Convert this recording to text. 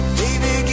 baby